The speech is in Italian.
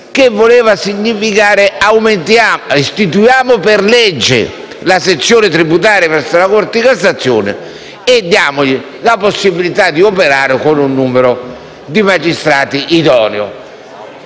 che voleva significare: istituiamo per legge la sezione tributaria presso la Corte di cassazione e consentiamole di operare con un numero di magistrati idoneo.